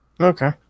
Okay